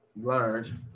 learned